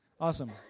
awesome